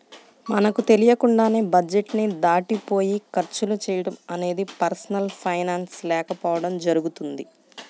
మనకు తెలియకుండానే బడ్జెట్ ని దాటిపోయి ఖర్చులు చేయడం అనేది పర్సనల్ ఫైనాన్స్ లేకపోవడం జరుగుతుంది